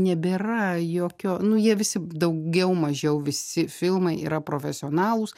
nebėra jokio nu jie visi daugiau mažiau visi filmai yra profesionalūs